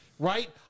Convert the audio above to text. Right